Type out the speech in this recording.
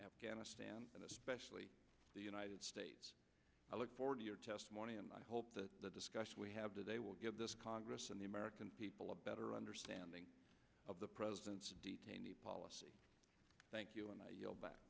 afghanistan and especially the united states i look forward to your testimony and i hope that the discussion we have today will give this congress and the american people a better understanding of the president's detainee policy thank you and